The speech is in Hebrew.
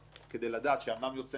כדי לדעת שיוצא מכרז,